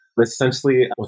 Essentially